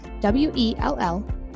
W-E-L-L